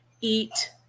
eat